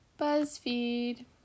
BuzzFeed